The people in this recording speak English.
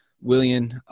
William